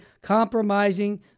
compromising